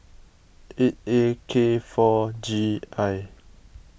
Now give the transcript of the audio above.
eight A K four G I